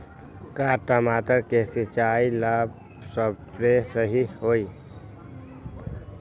का टमाटर के सिचाई ला सप्रे सही होई?